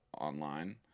online